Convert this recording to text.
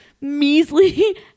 measly